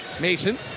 Mason